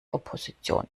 opposition